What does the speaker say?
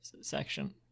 section